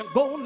go